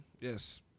yes